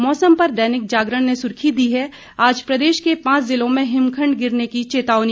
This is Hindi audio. मौसम पर दैनिक जागरण ने सुर्खी दी है आज प्रदेश के पांच जिलों में हिमखंड गिरने की चेतावनी